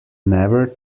never